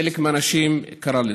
חלק מהאנשים קרא לזה.